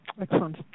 excellent